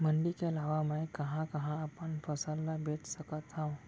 मण्डी के अलावा मैं कहाँ कहाँ अपन फसल ला बेच सकत हँव?